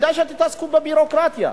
כדאי שתתעסקו בביורוקרטיה.